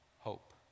hope